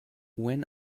when